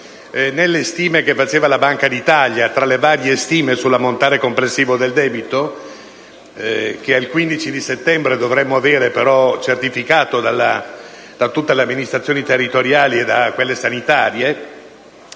Nelle stime della Banca d'Italia sull'ammontare complessivo del debito, che al 15 settembre dovremo avere però certificato da tutte le amministrazioni territoriali e da quelle sanitarie,